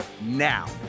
Now